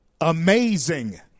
amazing